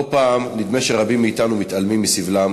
לא פעם נדמה שרבים מאתנו מתעלמים מסבלם